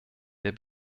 der